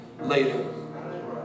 later